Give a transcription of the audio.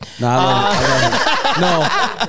No